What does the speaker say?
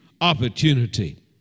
opportunity